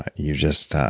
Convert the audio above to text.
you just